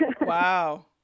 Wow